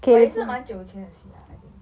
but 也是蛮久以前的戏啊 I think